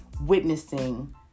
witnessing